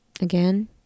Again